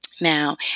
Now